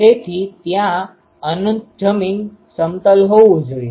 તેથી ત્યાં અનંત જમીન સમતલ હોવું જોઈએ